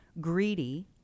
greedy